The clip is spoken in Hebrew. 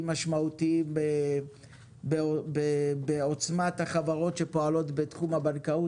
משמעותיים בעוצמת החברות שפועלות בתחום הבנקאות,